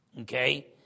okay